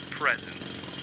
presence